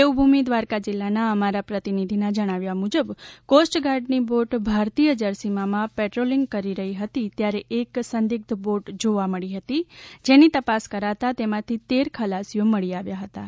દેવભૂમિ દ્વારકા જિલ્લાના અમારા પ્રતિનિધિના જણાવ્યા મુજબ કોસ્ટગાર્ડની બોટ ભારતીય જળસીમામાં પેટ્રોલીંગ કરી રહી હતી ત્યારે એક સંદીગ્ધ બોટ જોવા મળી હતી જેની તપાસ કરતા તેમાથી તેર ખલાસીઓ મળી આવ્યા હતાં